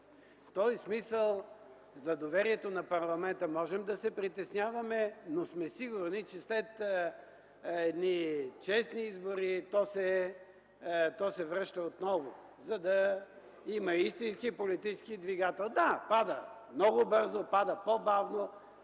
В този смисъл за доверието на парламента можем да се притесняваме, но сме сигурни, че след едни честни избори то се връща отново, за да има истински политически двигател. (Реплика от народния